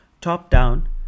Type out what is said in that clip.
top-down